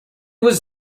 was